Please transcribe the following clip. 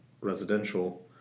residential